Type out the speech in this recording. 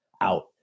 out